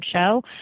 show